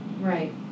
Right